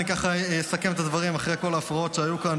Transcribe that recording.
אני אסכם את הדברים אחרי כל ההפרעות שהיו כאן,